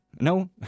no